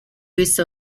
use